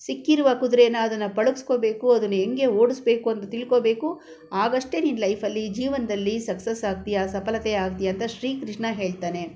ಸಿಕ್ಕಿರುವ ಕುದುರೇನ ಅದನ್ನು ಪಳಗಿಸ್ಕೋಬೇಕು ಅದನ್ನು ಹೆಂಗೆ ಓಡಿಸ್ಬೇಕು ಅಂತ ತಿಳ್ಕೋಬೇಕು ಆಗಷ್ಟೇ ನೀನು ಲೈಫಲ್ಲಿ ಜೀವನದಲ್ಲಿ ಸಕ್ಸಸ್ಸಾಗ್ತೀಯಾ ಸಫಲತೆ ಆಗ್ತೀಯಾ ಅಂತ ಶ್ರೀಕೃಷ್ಣ ಹೇಳ್ತಾನೆ